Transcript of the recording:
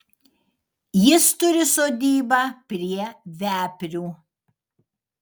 jis turi sodybą prie veprių